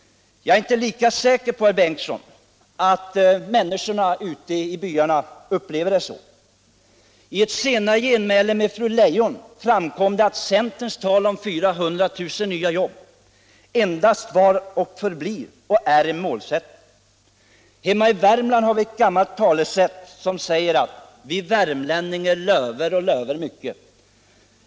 Jag är inte lika säker på, herr Bengtson, att människorna ute i byarna upplever det så. I ett senare genmäle till fru Leijon framkom det att centerns tal om de 400 000 nya jobben endast var och förblir en målsättning. Hemma i Värmland har vi ett talesätt som säger att ”vi värmlänninger löver och löver mycke”.